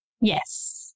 Yes